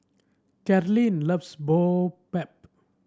Carlyn loves Boribap